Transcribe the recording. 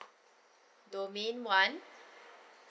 domain one